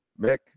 Mick